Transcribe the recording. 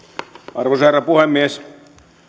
arvoisa herra puhemies